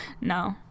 no